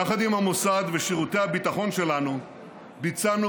יחד עם המוסד ושירותי הביטחון שלנו ביצענו